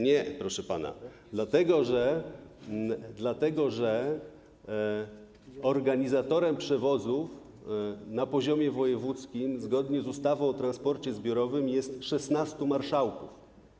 Nie, proszę pana, dlatego że organizatorem przewozów na poziomie wojewódzkim, zgodnie z ustawą o transporcie zbiorowym, jest 16 marszałków.